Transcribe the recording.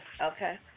okay